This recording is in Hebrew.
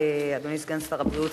אדוני סגן שר הבריאות,